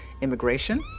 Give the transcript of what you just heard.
Immigration